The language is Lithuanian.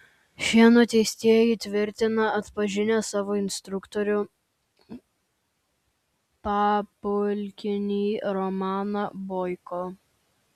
šie nuteistieji tvirtina atpažinę savo instruktorių papulkininkį romaną boiko